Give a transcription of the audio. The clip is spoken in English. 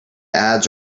ads